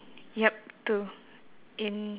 yup two in